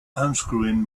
unscrewing